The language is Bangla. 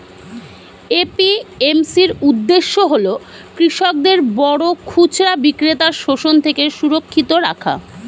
এ.পি.এম.সি এর উদ্দেশ্য হল কৃষকদের বড় খুচরা বিক্রেতার শোষণ থেকে সুরক্ষিত রাখা